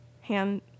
hand